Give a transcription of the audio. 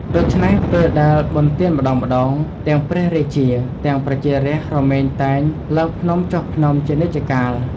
ដូច្នេះពេលដែលបុណ្យទានម្តងៗ ទាំងព្រះរាជា ទាំងប្រជារាស្ត្ររមែងតែ ឡើងភ្នំចុះភ្នំ ជានិច្ចកាល។